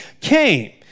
came